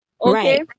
Okay